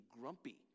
grumpy